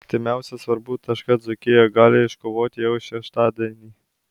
artimiausią svarbų tašką dzūkija gali iškovoti jau šeštadienį